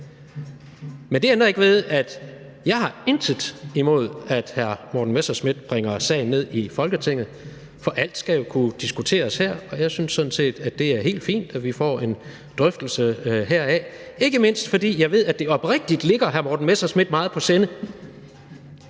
Men det ændrer ikke ved, at jeg intet har imod, at hr. Morten Messerschmidt bringer sagen ned i Folketingssalen, for alt skal jo kunne diskuteres, og jeg synes sådan set, det er helt fint, at vi får en drøftelse af det. Og det er ikke mindst, fordi jeg ved, at det oprigtigt ligger hr. Morten Messerschmidt meget på sinde.